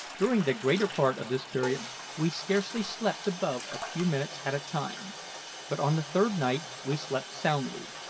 during the greater part of this period we scarcely slept above a few minutes at a time but on the third night we slept soundly,